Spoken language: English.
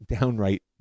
downright